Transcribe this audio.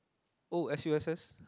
oh s_u_s_s